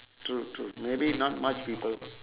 true true maybe not much people